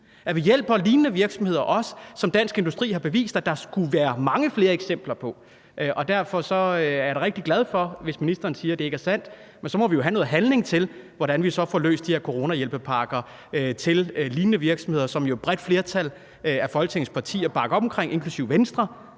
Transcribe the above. også hjælper lignende virksomheder, som Dansk Industri har bevist der er mange flere eksempler på. Derfor er jeg da rigtig glad, hvis ministeren siger, at det ikke er sandt, men så må vi jo have noget handling for at få løst problemet med de her coronahjælpepakker til lignende virksomheder, som et bredt flertal af Folketingets partier jo bakker op om, inklusive Venstre.